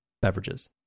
beverages